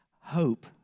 hope